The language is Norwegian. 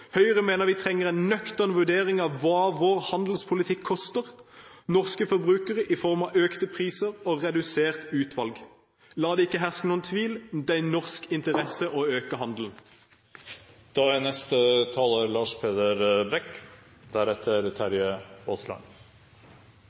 Høyre mener vi trenger en nøktern vurdering av hva vår handelspolitikk koster norske forbrukere i form av økte priser og redusert utvalg. La det ikke herske noen tvil om at det er i norsk interesse å øke handelen. Vi kjenner jo til at Norge er